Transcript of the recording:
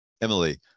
Emily